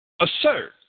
assert